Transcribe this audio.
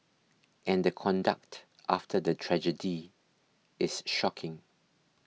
and the conduct after the tragedy is shocking